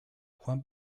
juan